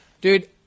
Dude